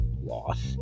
loss